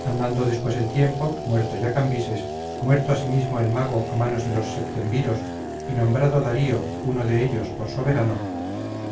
andando después el tiempo muerto ya cambises muerto asimismo el mago a manos de los septemviros y nombrado darío uno de ellos por soberano